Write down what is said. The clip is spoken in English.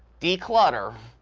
declutter,